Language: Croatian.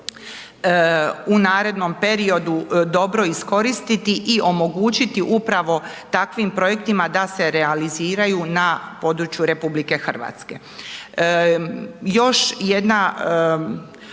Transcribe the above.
u narednom periodu dobro iskoristiti i omogućiti upravo takvim projektima da se realiziraju na području RH. Još jedna